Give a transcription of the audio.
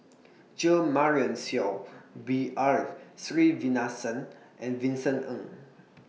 Jo Marion Seow B R Sreenivasan and Vincent Ng